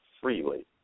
freely